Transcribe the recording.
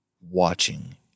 watching